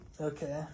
Okay